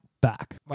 Back